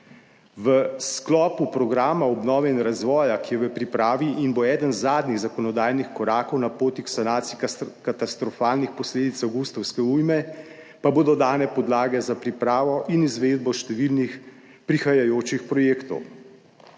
V sklopu programa obnove in razvoja, ki je v pripravi in bo eden zadnjih zakonodajnih korakov na poti k sanaciji katastrofalnih posledic avgustovske ujme, pa bodo dane podlage za pripravo in izvedbo številnih prihajajočih projektov.